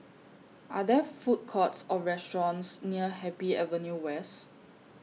Are There Food Courts Or restaurants near Happy Avenue West